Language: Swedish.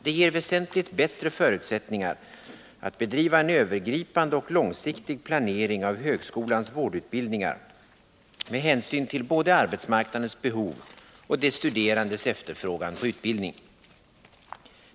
Det ger väsentligt bättre förutsättningar att bedriva en övergripande och långsiktig planering av högskolans vårdutbildningar med hänsyn till både arbetsmarknadens behov och de studerandes efterfrågan på utbildning.